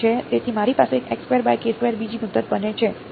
k છે તેથી મારી પાસે બીજી મુદત બને છે